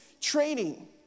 Training